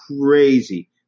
crazy